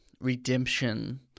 redemption